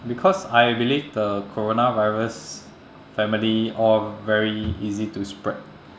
because I believe the coronavirus family all very easy to spread